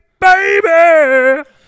baby